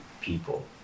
people